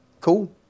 Cool